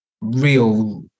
real